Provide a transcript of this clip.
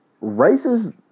races